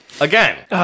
Again